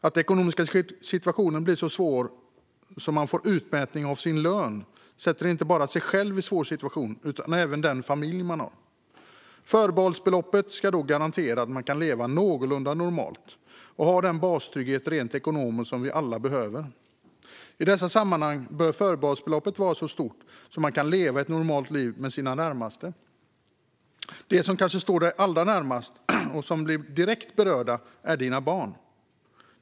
Att den ekonomiska situationen blir så svår att man får utmätning av sin lön gör att man inte bara sätter sig själv i en svår situation utan även den familj man har. Förbehållsbeloppet ska då garantera att man kan leva någorlunda normalt och ha den bastrygghet rent ekonomiskt som vi alla behöver. I dessa sammanhang bör förbehållsbeloppet vara så stort att man kan leva ett normalt liv med sina närmaste. De som kanske står dig allra närmast och som blir direkt berörda är dina barn.